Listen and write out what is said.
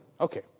Okay